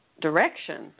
direction